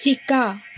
শিকা